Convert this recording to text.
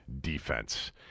defense